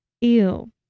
Ew